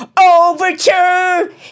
Overture